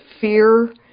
fear